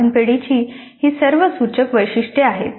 साधन पेढीेची ही सर्व सूचक वैशिष्ट्ये आहेत